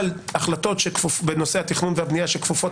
אבל החלטות בנושא התכנון והבנייה שכפופות